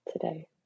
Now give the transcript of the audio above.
today